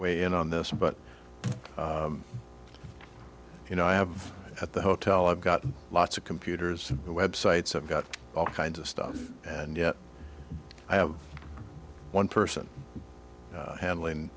way in on this but you know i have at the hotel i've got lots of computers websites i've got all kinds of stuff and yet i have one person handling